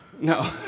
No